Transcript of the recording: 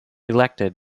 elected